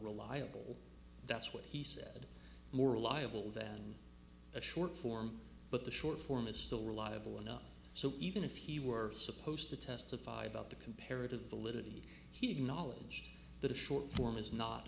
reliable that's what he said more reliable than a short form but the short form is still reliable enough so even if he were supposed to testify about the comparative validity he acknowledged that a short form is not